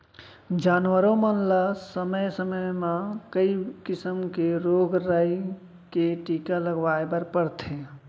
जानवरों मन ल समे समे म कई किसम के रोग राई के टीका लगवाए बर परथे